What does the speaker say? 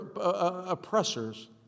oppressors